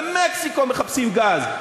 במקסיקו מחפשים גז,